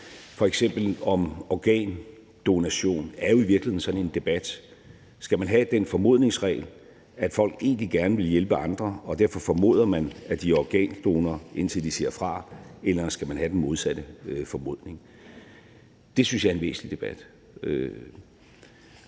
her debat om organdonation er jo i virkeligheden sådan en debat: Skal man have den formodningsregel, at folk egentlig gerne vil hjælpe andre, og skal man derfor formode, at de er organdonorer, indtil de siger fra, eller skal man have den modsatte formodning? Det synes jeg er en væsentlig debat.